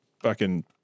fucking-